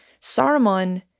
Saruman